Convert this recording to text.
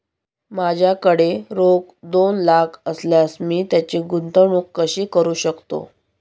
माझ्याकडे रोख दोन लाख असल्यास मी त्याची गुंतवणूक कशी करू शकतो?